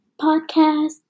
podcast